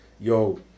yo